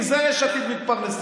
מזה יש עתיד מתפרנסים,